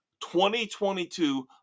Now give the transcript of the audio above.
2022